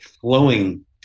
flowing